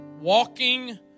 walking